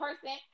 person